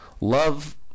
Love